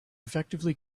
effectively